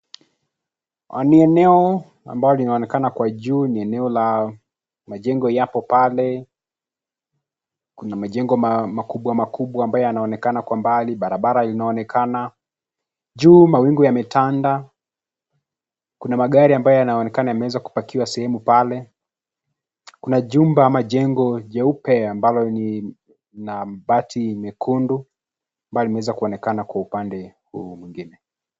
Ah.. Ni eneo ambalo ninaonekana kwa kwa juu ni eneo la majengo yapo pale, kuna majengo makubwa makubwa ambayo yanaonekana kwa mbali barabara inaonekana, juu mawingu yametanda, kuna magari ambayo yanaonekana yameanza kupakiwa sehemu pale, kuna jumba ama jengo jeupe, ambalo ni la bati nyekundu, ambalo linaweza kuonekana kwa upande huu mwingine.